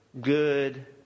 good